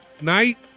night